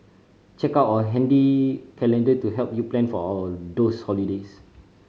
check out our handy calendar to help you plan for those holidays